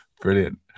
Brilliant